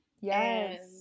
Yes